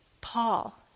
Paul